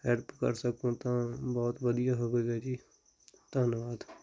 help ਕਰ ਸਕੋਂ ਤਾਂ ਬਹੁਤ ਵਧੀਆ ਹੋਵੇਗਾ ਜੀ ਧੰਨਵਾਦ